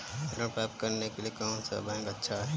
ऋण प्राप्त करने के लिए कौन सा बैंक अच्छा है?